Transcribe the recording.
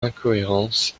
incohérences